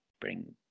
bring